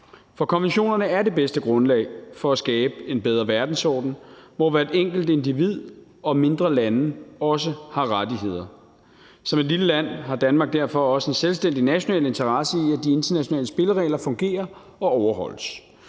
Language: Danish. For konventionerne er det bedste grundlag for at skabe en bedre verdensorden, hvor hvert enkelt individ og mindre lande også har rettigheder. Som et lille land har Danmark derfor også en selvstændig national interesse i, at de internationale spilleregler fungerer og overholdes.